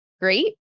great